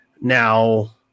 now